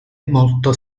molto